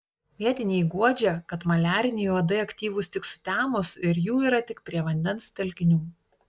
vietiniai guodžia kad maliariniai uodai aktyvūs tik sutemus ir jų yra tik prie vandens telkinių